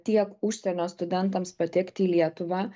tiek užsienio studentams patekti į lietuvą